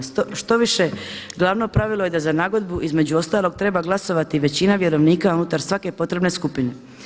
Štoviše glavno pravilo je da za nagodbu između ostalog treba glasovati većina vjerovnika unutar svake potrebne skupine.